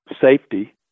safety